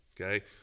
okay